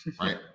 right